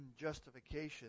justification